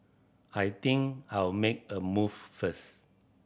I think I'll make a move first